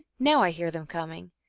now i hear them coming.